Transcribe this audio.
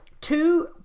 two